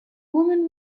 woman